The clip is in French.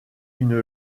une